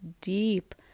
deep